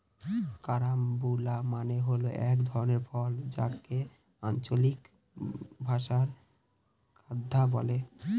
carambola মানে হল এক ধরনের ফল যাকে আঞ্চলিক ভাষায় ক্রাঞ্চ বলে